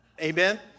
Amen